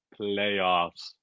playoffs